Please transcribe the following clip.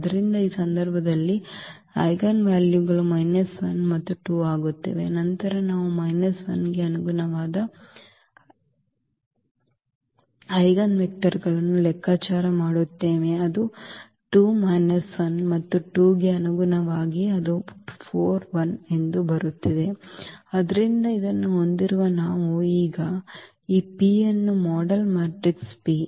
ಆದ್ದರಿಂದ ಈ ಸಂದರ್ಭದಲ್ಲಿ ಐಜೆನ್ ವ್ಯಾಲ್ಯೂಗಳು 1 ಮತ್ತು 2 ಆಗುತ್ತಿವೆ ಮತ್ತು ನಂತರ ನಾವು ಮೈನಸ್ 1 ಗೆ ಅನುಗುಣವಾದ ಐಜೆನ್ ವೆಕ್ಟರ್ಗಳನ್ನು ಲೆಕ್ಕಾಚಾರ ಮಾಡುತ್ತೇವೆ ಅದು ಮತ್ತು 2 ಕ್ಕೆ ಅನುಗುಣವಾಗಿ ಅದು ಎಂದು ಬರುತ್ತಿದೆ ಆದ್ದರಿಂದ ಇದನ್ನು ಹೊಂದಿರುವ ನಾವು ಈಗ ಈ P ಅನ್ನು ಮಾಡೆಲ್ ಮ್ಯಾಟ್ರಿಕ್ಸ್ P